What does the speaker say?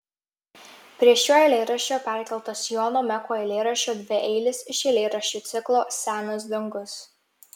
prie šio eilėraščio perkeltas jono meko eilėraščio dvieilis iš eilėraščių ciklo senas dangus